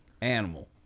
animal